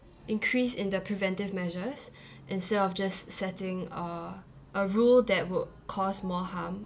increase in the preventive measures instead of just setting uh a rule that would cause more harm